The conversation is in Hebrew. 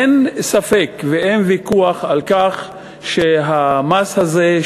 אין ספק ואין ויכוח על כך שהמס הזה,